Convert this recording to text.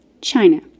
China